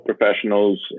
professionals